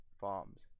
farms